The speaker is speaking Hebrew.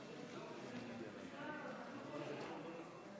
אדוני היושב-ראש,